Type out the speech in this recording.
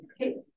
Okay